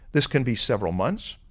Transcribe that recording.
this can be several months,